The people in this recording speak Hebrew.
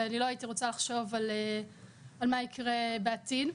ואני לא רוצה לחשוב על מה יקרה בעתיד.